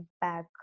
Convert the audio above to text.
back